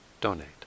donate